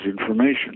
information